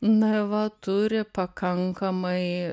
na va turi pakankamai